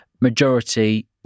majority